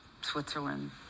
Switzerland